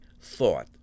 thought